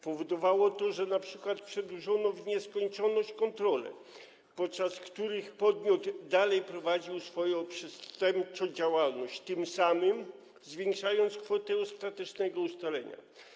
Powodowało to, że np. przedłużano w nieskończoność kontrole, podczas których podmiot dalej prowadził swoją przestępczą działalność, tym samym zwiększając kwoty ostatecznego ustalenia.